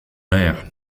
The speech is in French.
l’air